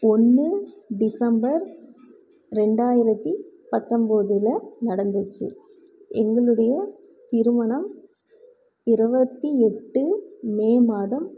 ஒன்று டிசம்பர் ரெண்டாயிரத்தி பத்தொம்பதுல நடந்துச்சு எங்களுடைய திருமணம் இருபத்தி எட்டு மே மாதம்